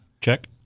Check